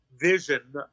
vision